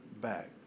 back